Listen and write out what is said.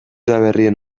udaberrien